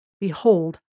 Behold